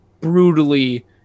brutally